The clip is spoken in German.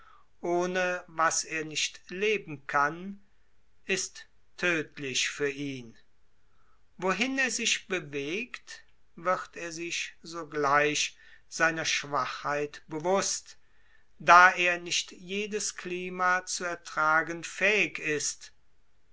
ohne was er nicht leben kann ist tödtlich für ihn wohin er sich bewegt wird er sich sogleich seiner schwachheit bewußt da er nicht jedes klima zu ertragen fähig ist